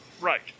Right